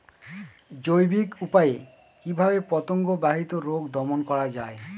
জৈবিক উপায়ে কিভাবে পতঙ্গ বাহিত রোগ দমন করা যায়?